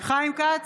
חיים כץ,